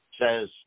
says